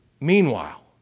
Meanwhile